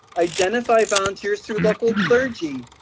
identify volunteers through local clergy,